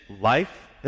life